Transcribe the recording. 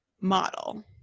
model